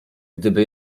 gdyby